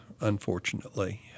unfortunately